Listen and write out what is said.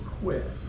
quit